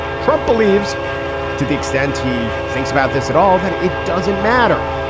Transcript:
trump believes to the extent he thinks about this at all, that it doesn't matter.